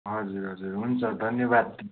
हजुर हजुर हुन्छ धन्यवाद